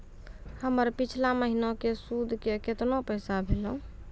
हमर पिछला महीने के सुध के केतना पैसा भेलौ?